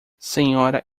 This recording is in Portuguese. senhora